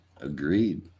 agreed